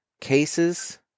cases